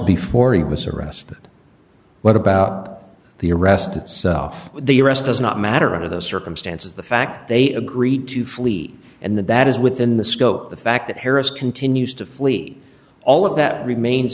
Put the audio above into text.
before he was arrested what about the arrest itself the arrest does not matter under the circumstances the fact that they agreed to flee and that that is within the scope the fact that harris continues to flee all of that remains